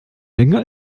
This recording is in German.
länger